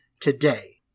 today